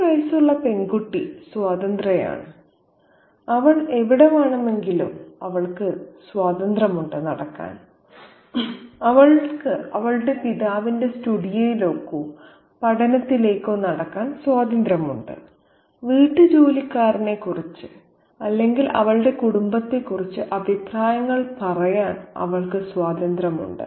അഞ്ച് വയസ്സുള്ള പെൺകുട്ടി സ്വതന്ത്രയാണ് അവൾക്ക് എവിടെ വേണമെങ്കിലും നടക്കാൻ സ്വാതന്ത്ര്യമുണ്ട് അവൾക്ക് അവളുടെ പിതാവിന്റെ സ്റ്റുഡിയോയിലേക്കോ പഠനത്തിലേക്കോ നടക്കാൻ സ്വാതന്ത്ര്യമുണ്ട് വീട്ടുജോലിക്കാരനെക്കുറിച്ച് അല്ലെങ്കിൽ അവളുടെ കുടുംബത്തെക്കുറിച്ച് അഭിപ്രായങ്ങൾ പറയാൻ അവൾക്ക് സ്വാതന്ത്ര്യമുണ്ട്